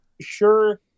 sure –